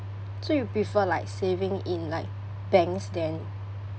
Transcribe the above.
so you prefer like saving in like banks than